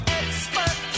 expert